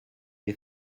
des